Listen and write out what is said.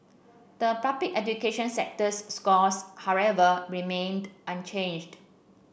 the Public education sector's scores however remained unchanged